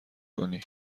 کنی